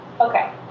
okay